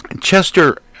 Chester